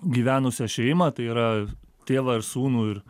gyvenusią šeimą tai yra tėvą ir sūnų ir